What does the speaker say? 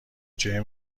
جامعه